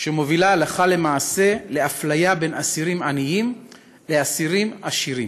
שמובילה הלכה למעשה לאפליה בין אסירים עניים לאסירים עשירים.